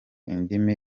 indimi